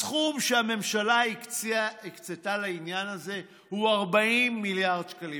הסכום שהממשלה הקצתה לעניין הזה הוא 40 מיליארד שקלים,